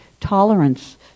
Tolerance